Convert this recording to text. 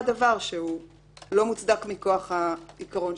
מדבר על משך הליכי חקירה והעמדה לדין.